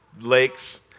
lakes